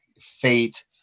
fate